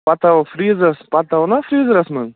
پتہٕ تھاوو فیٖزرس پتہٕ تھاوو نا فیٖزرس منٛز